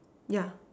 yeah